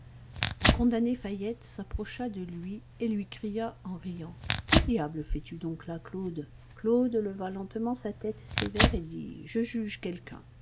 le condamné faillette s'approcha de lui et lui cria en riant que diable fais-tu donc là claude claude leva lentement sa tête sévère et dit je juge quelqu'un